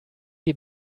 die